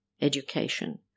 education